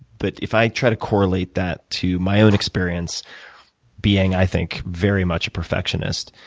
but if i try to correlate that to my own experience being, i think, very much a perfectionist,